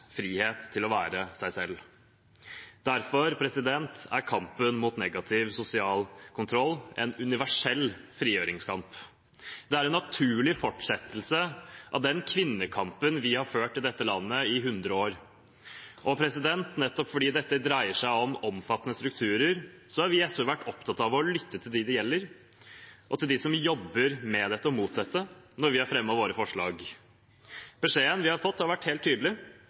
frihet til å være seg selv. Derfor er kampen mot negativ sosial kontroll en universell frigjøringskamp. Det er en naturlig fortsettelse av den kvinnekampen vi har ført i dette landet i hundre år. Og nettopp fordi dette dreier seg om omfattende strukturer, har vi i SV vært opptatt av å lytte til dem det gjelder, og til dem som jobber med og mot dette, når vi har fremmet våre forslag. Beskjeden vi har fått, har vært helt tydelig: